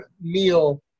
meal